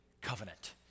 covenant